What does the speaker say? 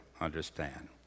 understand